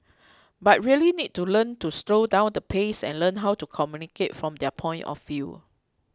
but really need to learn to slow down the pace and learn how to communicate from their point of view